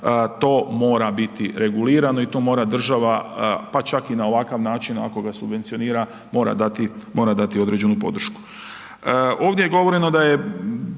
to mora biti regulirano i to mora država pa čak i na ovakav način ako ga subvencionira mora dati, mora dati određenu podršku.